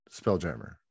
Spelljammer